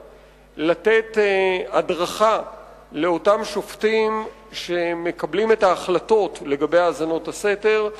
לתת הדרכה לאותם שופטים שמקבלים את ההחלטות לגבי האזנות הסתר.